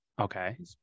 Okay